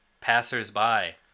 passers-by